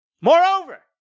Moreover